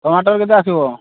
ଟମାଟର କେତେ ଆସିବ